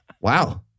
Wow